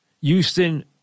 Houston